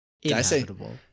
inhabitable